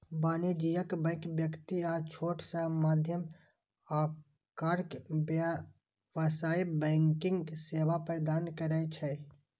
वाणिज्यिक बैंक व्यक्ति आ छोट सं मध्यम आकारक व्यवसायी कें बैंकिंग सेवा प्रदान करै छै